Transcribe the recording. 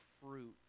fruit